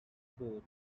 boat